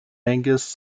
angus